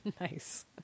Nice